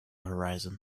horizon